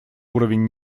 уровень